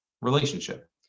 relationship